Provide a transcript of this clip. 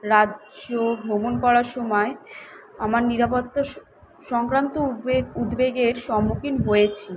রাজ্য ভ্রমণ করার সমায় আমার নিরাপত্তাস সংক্রান্ত উদ্বেগ উদ্বেগের সম্মুখীন হয়েছি